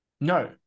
No